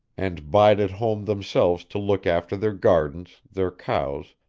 and bide at home themselves to look after their gardens, their cows,